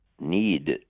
need